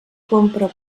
compra